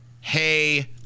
hey